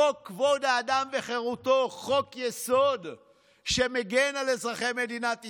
חוק כבוד האדם וחירותו הוא חוק-יסוד שמגן על אזרחי מדינת ישראל.